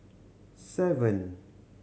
seven